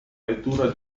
lettura